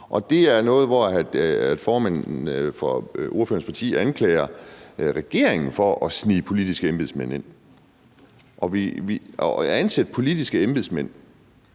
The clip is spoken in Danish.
Det var der, hvor formanden for ordførerens parti anklagede den daværende regering for at snige politiske embedsmænd ind. Og det at ansætte politiske embedsmænd,